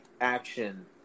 action